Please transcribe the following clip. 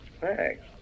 Thanks